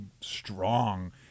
strong